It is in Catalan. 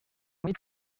mig